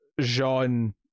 Jean